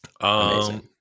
Amazing